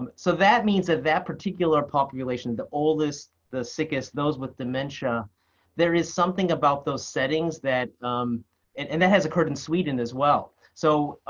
um so that means that that particular population the oldest, the sickest, those with dementia there is something about those settings that and and that has occurred in sweden as well. so